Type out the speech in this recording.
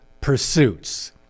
pursuits